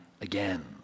again